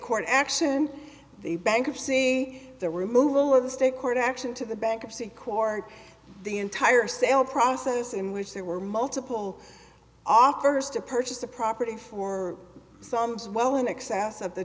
court action the bankruptcy there were removed all of the state court action to the bankruptcy court the entire sale process in which there were multiple offers to purchase the property for sums well in excess of the